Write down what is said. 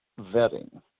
vetting